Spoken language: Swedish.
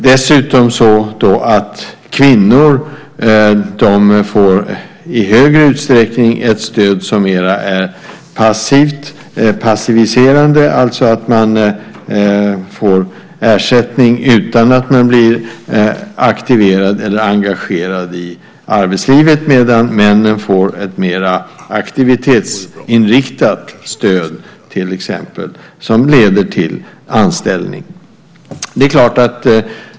Dessutom får kvinnor i högre utsträckning ett stöd som är mer passiviserande - de får ersättning utan att bli aktiverade eller engagerade i arbetslivet - medan männen får ett mer aktivitetsinriktat stöd, som leder till anställning.